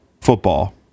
football